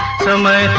sunday